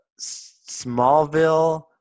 Smallville